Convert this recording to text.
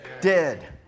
dead